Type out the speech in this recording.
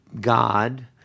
god